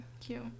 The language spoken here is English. cute